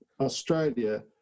Australia